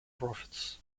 profits